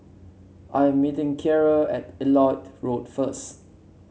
I am meeting Ciarra at Elliot Road first